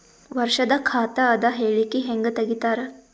ವರ್ಷದ ಖಾತ ಅದ ಹೇಳಿಕಿ ಹೆಂಗ ತೆಗಿತಾರ?